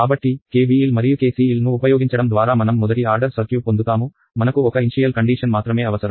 కాబట్టి KVL మరియు KCL ను ఉపయోగించడం ద్వారా మనం మొదటి ఆర్డర్ సర్క్యూట్ పొందుతాము మనకు ఒక ఇన్షియల్ కండీషన్ మాత్రమే అవసరం